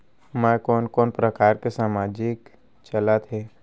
मैं कोन कोन प्रकार के सामाजिक चलत हे?